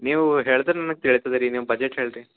ನೀವು ಹೇಳ್ದ್ರ ನನಗೆ ತಿಳಿತದೆ ರೀ ನಿಮ್ಮ ಬಜೆಟ್ ಹೇಳಿ ರೀ